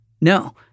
No